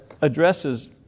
addresses